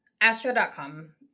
Astro.com